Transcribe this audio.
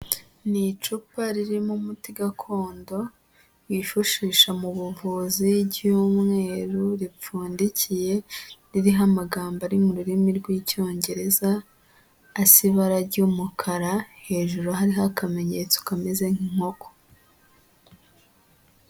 Ni icupa ririmo umuti gakondo yifashisha mu buvuzi ry'umweru ripfundikiye ririho amagambo ari mu rurimi rw'icyongereza as ibara ry'umukara hejuru hari akamenyetso kameze nk'inkoko.